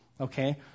okay